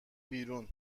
بیرون